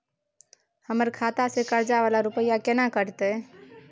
हमर खाता से कर्जा वाला रुपिया केना कटते?